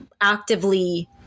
actively